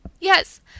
Yes